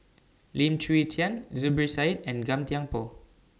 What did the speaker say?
Lim Chwee Chian Zubir Said and Gan Thiam Poh